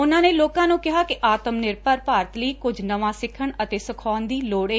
ਉਨਾਂ ਨੇ ਲੋਕਾਂ ਨੂੰ ਕਿਹਾ ਕਿ ਆਤਮ ਨਿਰਭਰ ਭਾਰਤ ਲਈ ਕੁਝ ਨਵਾਂਨ ਸਿੱਖਣ ਅਤੇ ਸਿਖਲਾਈ ਦੀ ਲੋੜ ਏ